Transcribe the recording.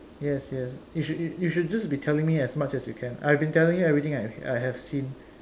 yes yes you should you should just be telling me as much as you can I've been telling you everything I have seen